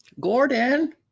Gordon